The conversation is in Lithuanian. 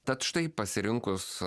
tad štai pasirinkus